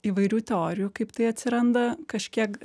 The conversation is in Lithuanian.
įvairių teorijų kaip tai atsiranda kažkiek